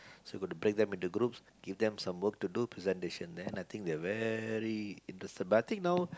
so got to break them into groups give them some work to do presentation then I think they're very interested I think you know